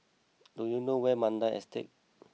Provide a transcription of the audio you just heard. do you know where Mandai Estate